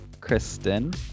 Kristen